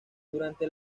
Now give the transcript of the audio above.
durante